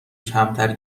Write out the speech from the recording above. کمتر